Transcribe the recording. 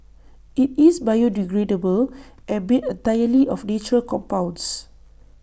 IT is biodegradable and made entirely of natural compounds